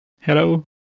Hello